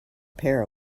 pair